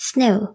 Snow